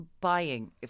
buying